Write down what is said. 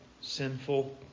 sinful